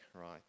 right